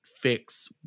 fix